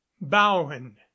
bowen